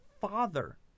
Father